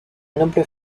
noble